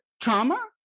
trauma